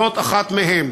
זו אחת מהן,